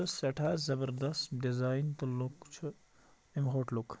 تہٕ سٮ۪ٹھاہ زبردست ڈِزاین تہٕ لُک چھُ اَمہِ ہوٹلُک